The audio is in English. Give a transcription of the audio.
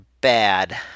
bad